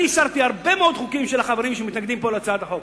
אני אישרתי הרבה מאוד חוקים של החברים שמתנגדים פה להצעת החוק,